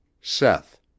seth